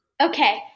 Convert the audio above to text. Okay